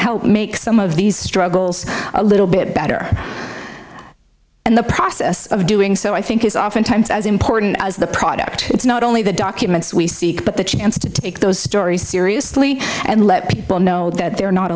help make some of these struggles a little bit better and the process of doing so i think is oftentimes as important as the product it's not only the documents we seek but the chance to take those stories seriously and let people know that they're not